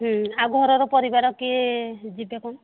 ହୁଁ ଆଉ ଘରର ପରିବାର କିଏ ଯିବେ କ'ଣ